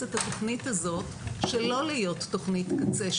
את התוכנית הזו שלא להיות תוכנית קצה,